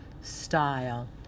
style